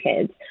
kids